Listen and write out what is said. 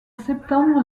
septembre